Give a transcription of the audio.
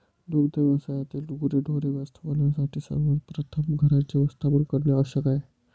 दुग्ध व्यवसायातील गुरेढोरे व्यवस्थापनासाठी सर्वप्रथम घरांचे व्यवस्थापन करणे आवश्यक आहे